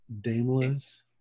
Daimlers